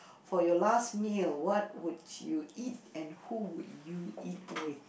for your last meal what would you eat and who would you eat with